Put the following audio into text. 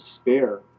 spare